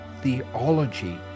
theology